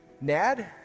NAD